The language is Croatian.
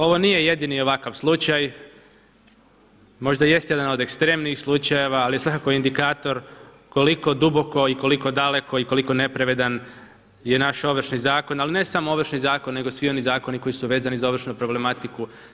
Ovo nije jedini ovakav slučaj, možda jeste jedan od ekstremnijih slučajeva ali svakako indikator koliko duboko i koliko daleko i koliko nepravedan je naš Ovršni zakon, ali ne samo Ovršni zakon nego svi oni zakoni koji su vezani za ovršnu problematiku.